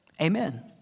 Amen